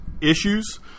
issues